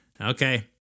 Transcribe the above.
okay